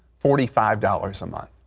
forty five dollars a month.